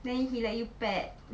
then he like you pat